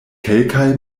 kelkaj